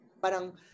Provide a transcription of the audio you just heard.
parang